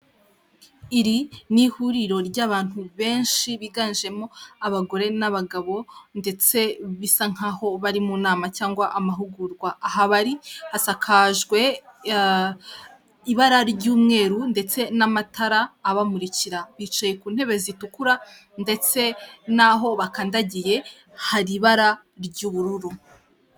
Iri ni ihuriro ry'abantu benshi biganjemo abagore n'abagabo ndetse bisa nk'aho bari mu nama cyangwa amahugurwa, aha bari hasakajwe ibara ry'umweru ndetse n'amatara abamurikira, bicaye ku ntebe zitukura ndetse n'aho bakandagiye hari ibara ry'ubururu.